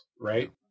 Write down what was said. right